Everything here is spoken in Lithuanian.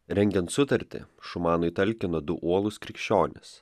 rengiant sutartį šumanui talkino du uolūs krikščionys